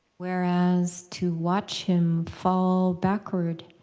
whereas to watch him fall backward,